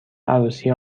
عروسی